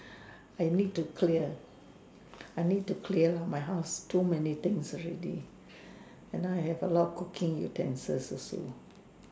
I need to clear I need to clear lor my house too many things already and now I have a lot of cooking utensils also